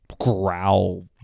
growl